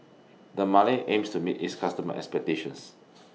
Dermale aims to meet its customer expectations